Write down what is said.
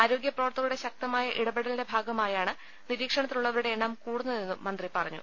ആരോഗ്യ പ്രവർത്തകരുടെ ശക്തമായ ഇടപെടലിന്റെ ഭാഗമായാണ് നിരീക്ഷണത്തിലുള്ളവരുടെ എണ്ണം കൂടുന്നതെന്നും മന്ത്രി പറഞ്ഞു